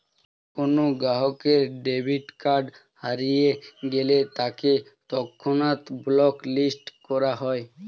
কোনো গ্রাহকের debit card হারিয়ে গেলে তাকে তৎক্ষণাৎ ব্লক লিস্ট করা হয়